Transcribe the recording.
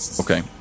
Okay